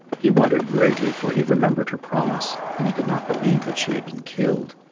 he wondered greatly, for he remembered her promise, and he could not believe that she had been killed.